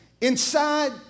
inside